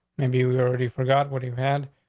maybe we already forgot what you had.